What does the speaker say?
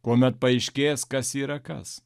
kuomet paaiškės kas yra kas